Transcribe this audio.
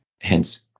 hence